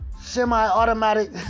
semi-automatic